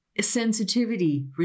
sensitivity